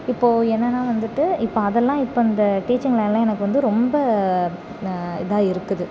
இப்போ என்னனால் வந்துட்டு இப்போ அதெல்லாம் இப்போ அந்த டீச்சிங் லைனில் எனக்கு வந்து ரொம்ப நா இதாக இருக்குது